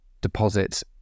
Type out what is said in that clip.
deposits